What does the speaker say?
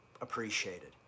appreciated